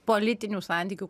politinių santykių